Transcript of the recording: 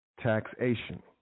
Taxation